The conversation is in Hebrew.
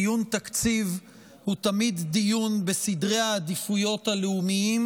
דיון תקציב הוא תמיד דיון בסדרי העדיפויות הלאומיים,